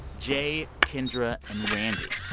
jay, kendra and randy.